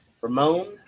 Ramon